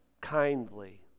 kindly